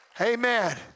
Amen